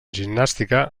gimnàstica